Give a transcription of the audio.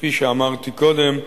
כפי שאמרתי קודם,